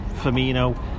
Firmino